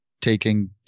taking